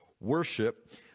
worship